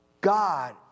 God